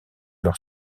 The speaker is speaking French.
leur